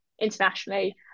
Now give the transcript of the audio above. internationally